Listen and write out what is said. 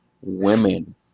women